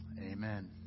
Amen